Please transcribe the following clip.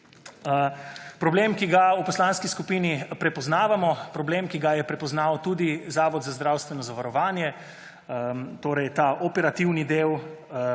Problem, ki ga v Poslanski skupini prepoznavamo, problem ki ga je prepoznal tudi Zavod za zdravstveno zavarovanje, torej ta operativni del,